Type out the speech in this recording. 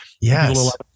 Yes